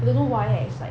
I don't why eh it's like